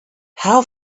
how